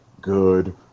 good